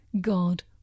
God